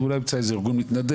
אולי הוא יימצא איזה ארגון מתנדב,